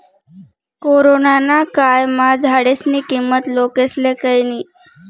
corona ना कायमा झाडेस्नी किंमत लोकेस्ले कयनी